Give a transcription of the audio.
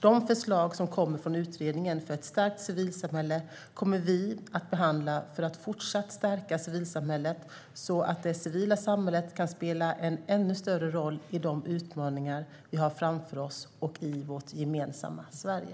De förslag som kommer från Utredningen för ett stärkt civilsamhälle kommer vi att behandla för att fortsätta att stärka civilsamhället så att det civila samhället kan spela en ännu större roll i de utmaningar vi har framför oss och i vårt gemensamma Sverige.